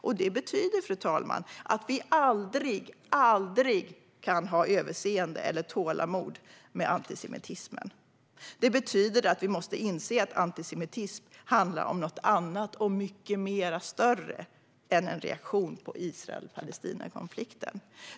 Och det betyder, fru talman, att vi aldrig, aldrig kan ha överseende eller tålamod med antisemitismen. Det betyder att vi måste inse att antisemitism handlar om något annat och mycket större än en reaktion på Israel-Palestina-konflikten.